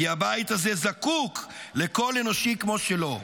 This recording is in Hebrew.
כי הבית הזה זקוק לקול אנושי כמו שלו.